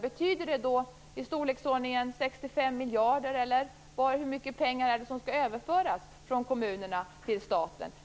Betyder det i storleksordningen 65 miljarder, eller hur mycket pengar är det som skall överföras från kommunerna till staten?